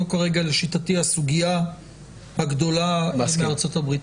לשיטתי, זאת הסוגיה הגדולה עם ארצות הברית.